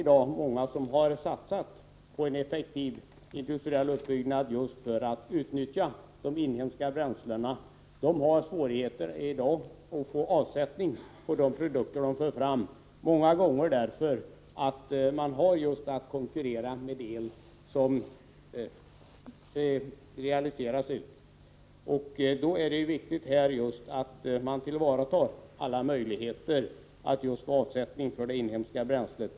De som har satsat på en effektiv industriell uppbyggnad just för att utnyttja inhemska bränslen har i dag svårigheter att få avsättning för sina produkter, och det beror många gånger på att de har att konkurrera med el som realiseras ut. Mot den bakgrunden är det viktigt att ta till vara alla möjligheter att få avsättning för det inhemska bränslet.